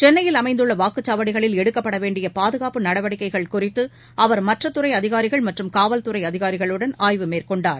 சென்னையில் அமைந்துள்ளவாக்குச்சாவடிகளில் எடுக்கப்படவேண்டியபாதுகாப்பு நடவடிக்கைகள் குறித்துஅவர் மற்றதுறைஅதிகாரிகள் மற்றும் காவல்துறைஅதிகாரிகளுடன் ஆய்வு மேற்கொண்டார்